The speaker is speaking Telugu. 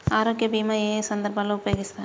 ఆరోగ్య బీమా ఏ ఏ సందర్భంలో ఉపయోగిస్తారు?